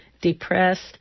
depressed